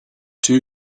two